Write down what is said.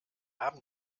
haben